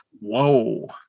Whoa